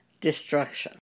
destruction